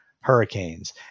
hurricanes